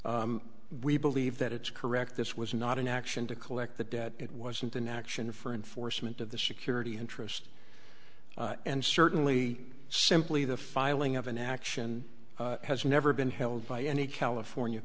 invoked we believe that it's correct this was not an action to collect the debt it wasn't an action for enforcement of the security interest and certainly simply the filing of an action has never been held by any california